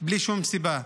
בלי שום סיבה.